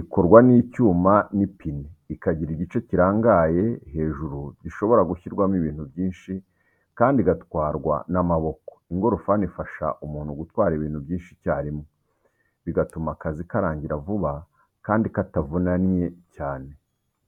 Ikorwa n’icyuma n’amapine, ikagira igice kirangaye hejuru gishobora gushyirwamo ibintu byinshi kandi igatwarwa n’amaboko. Ingorofani ifasha umuntu gutwara ibintu byinshi icyarimwe, bigatuma akazi karangira vuba kandi katavunnye cyane.